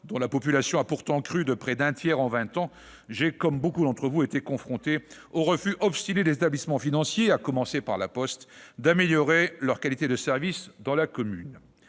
dont la population a pourtant crû de près d'un tiers en vingt ans. J'ai été confronté, comme beaucoup d'entre vous, au refus obstiné des établissements financiers, à commencer par La Poste, d'améliorer leur qualité de service dans ma commune.